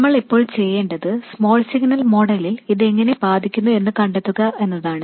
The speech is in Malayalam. നമ്മൾ ഇപ്പോൾ ചെയ്യേണ്ടത് സ്മോൾ സിഗ്നൽ മോഡലിൽ ഇതെങ്ങനെ ബാധിക്കുന്നു എന്ന് കണ്ടെത്തുക എന്നതാണ്